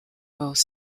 both